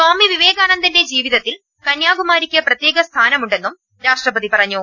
സ്വാമി വിവേകാനന്ദന്റെ ജീവിതത്തിൽ കന്യാകുമാരിക്ക് പ്രത്യേക സ്ഥാനമുണ്ടെന്നും രാഷ്ട്രപതി പറഞ്ഞു